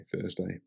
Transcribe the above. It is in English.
thursday